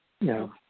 No